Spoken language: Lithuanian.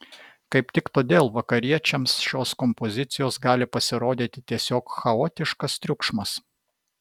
kaip tik todėl vakariečiams šios kompozicijos gali pasirodyti tiesiog chaotiškas triukšmas